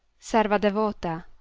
serva devota,